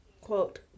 quote